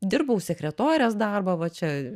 dirbau sekretorės darbą va čia